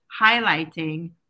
highlighting